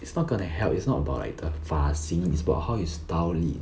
it's not gonna help it's not about like the 发型 is about how you style it